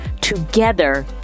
Together